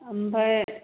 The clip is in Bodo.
ओमफ्राय